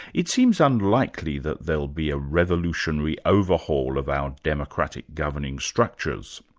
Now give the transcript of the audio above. it seems unlikely that there'll be a revolutionary overhaul of our democratic governing structures.